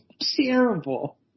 terrible